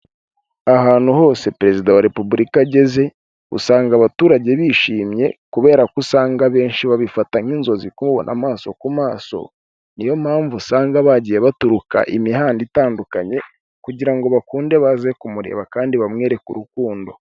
Ahantu hose perezida wa Repubulika ageze, usanga abaturage bishimye kubera ko usanga abenshi babifata nk'inzozi kumubona amaso ku maso, niyo mpamvu usanga bagiye baturuka imihanda itandukanye kugira ngo bakunde baze kumureba kandi bamwereka urukundo.